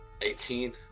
18